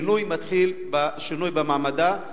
שינוי מתחיל בשינוי במעמדה,